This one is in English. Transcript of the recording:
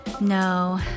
No